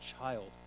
child